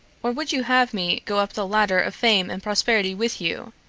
or would you have me go up the ladder of fame and prosperity with you,